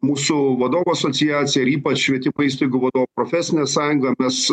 mūsų vadovų asociacija ir ypač švietimo įstaigų vadovų profesinė sąjunga mes